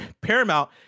Paramount